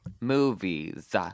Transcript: Movies